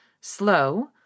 slow